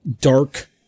dark